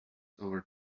over